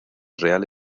real